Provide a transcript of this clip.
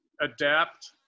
adapt